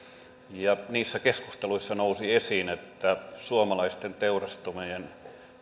kiinaan niissä keskusteluissa nousi esiin että suomalaisten teurastamojen